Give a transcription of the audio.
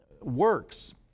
works